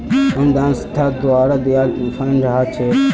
अनुदान संस्था द्वारे दियाल फण्ड ह छेक